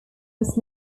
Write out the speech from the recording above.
was